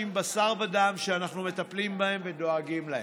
בשר ודם שאנחנו מטפלים בהם ודואגים להם.